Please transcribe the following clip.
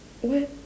what